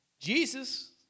Jesus